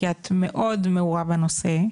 מעורה בנושא,